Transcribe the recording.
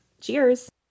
cheers